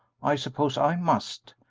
i suppose i must,